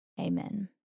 Amen